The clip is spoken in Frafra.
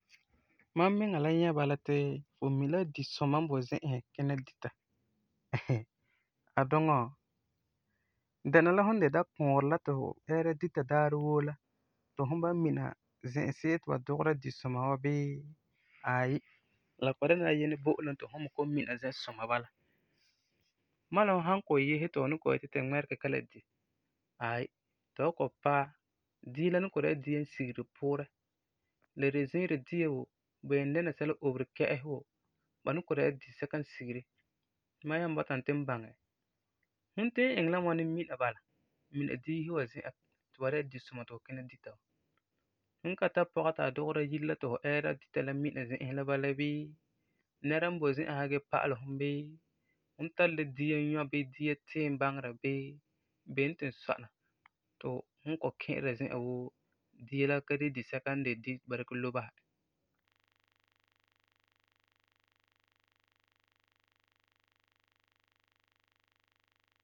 Mam miŋa la nyɛ bala ti fu mi la di-suma n boi zi'isi kina dita Aduŋɔ, dɛna la fum n de dakuurɛ la ti fu, ɛɛra dita daarɛ woo la ti fum ba'am mina zɛsesi ti ba dugera di-suŋa wa bii, aayi, la kɔ'ɔm dɛna la Yinɛ bo'olum ti fu me kɔ'ɔm mina zɛsuma bala. Mam la fum san kɔ'ɔm yese ti fu ni kɔ'ɔm yeti tu ŋmɛregɛ kalam di, aayi, tu san kɔ'ɔm paɛ, dia la ni kɔ'ɔm dɛna la dia n sigeri puurɛ. La de la ziirɔ dia woo, ba yen dɛna sɛla n oberi kɛ'ɛsi woo, ba ni kɔ'ɔm dɛna la di-sɛka n sigeri, ti mam nyaa bɔta n tugum baŋɛ, fum tugum iŋɛ la ŋwani mina bala, mina diisi wa zi'an, ti ba dɛna di-suma ti fu kina dita. Fum ka tari pɔga ti a dugera yire la ti fu ɛɛra dita la mina zi'isi la bala bii, nɛra n boi zi'an sa gee pa'ala fu, bii fum tari la dia nyɔa bii dia tiim baŋera bii, beni tugum sɔna ti fum n kɔ'ɔm ki'ira zi'an woo la ka de di-sɛka n de ba dikɛ lobe basɛ.